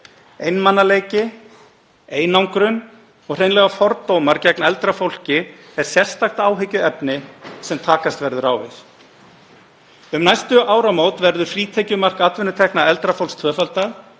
Einmanaleiki, einangrun og hreinlega fordómar gegn eldra fólki er sérstakt áhyggjuefni sem takast verður á við. Um næstu áramót verður frítekjumark atvinnutekna eldra fólks tvöfaldað,